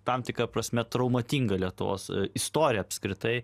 tam tikra prasme traumatingą lietuvos istoriją apskritai